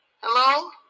Hello